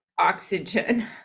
oxygen